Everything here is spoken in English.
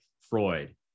freud